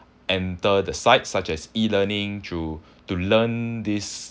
enter the sites such as E learning through to learn this